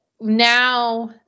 now